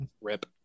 rip